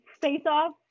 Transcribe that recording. face-off